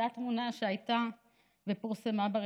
זאת התמונה שפורסמה ברשתות.